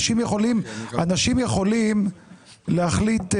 אנשים יכולים להחליט,